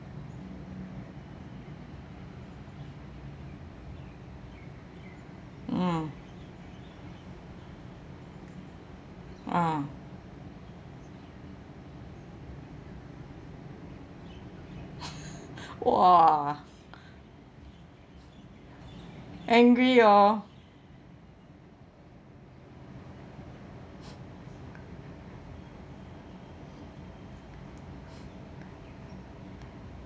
mm mm !wah! angry oh